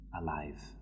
alive